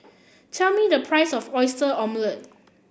tell me the price of Oyster Omelette